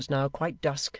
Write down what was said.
though it was now quite dusk,